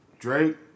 Drake